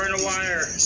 and a wire.